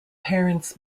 parents